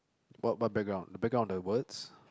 what what background the background the words